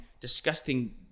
disgusting